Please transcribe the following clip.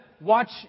watch